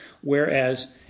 Whereas